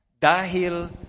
Dahil